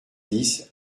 dix